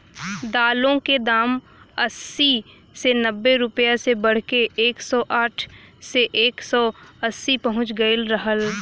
दालों क दाम अस्सी से नब्बे रुपया से बढ़के एक सौ साठ से एक सौ अस्सी पहुंच गयल रहल